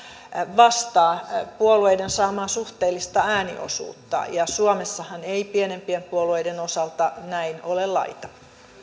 vastaa puolueiden saamaa suhteellista ääniosuutta suomessahan ei pienempien puolueiden osalta näin ole laita